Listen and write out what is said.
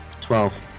Twelve